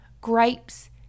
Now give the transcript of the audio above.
grapes